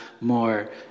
more